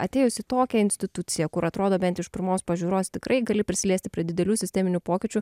atėjus į tokią instituciją kur atrodo bent iš pirmos pažiūros tikrai gali prisiliesti prie didelių sisteminių pokyčių